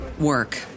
work